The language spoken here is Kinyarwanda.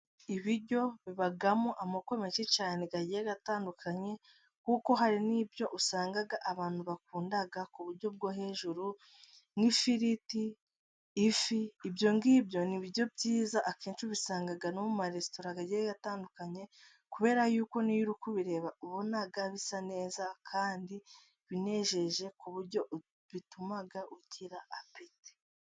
Ibiryo bibamo amoko menshi cyane, agiye atandukanye, kuko hari n'ibyo usanga abantu bakunda ku buryo bwo hejuru, nk'ifiriti, ifi. Ibyo ngibyo, nibyo byiza, akenshi ubisanga no mu ma resitora agiye atandukanye, kubera yuko, niyo uri kureba, ubona bisa neza kandi binejeje, ku buryo bituma ugira apetit.